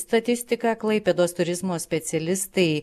statistiką klaipėdos turizmo specialistai